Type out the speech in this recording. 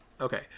Okay